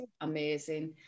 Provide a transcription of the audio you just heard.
amazing